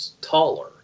taller